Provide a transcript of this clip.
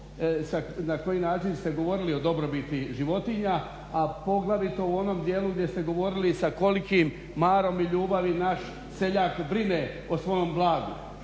na koji način ste govorili o dobrobiti životinja, a poglavito u onom dijelu gdje ste govorili sa kolikim marom i ljubavi naš seljak brine o svom blagu